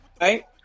right